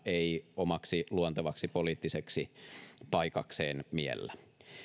ei omaksi luontevaksi poliittiseksi paikakseen miellä